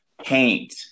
paint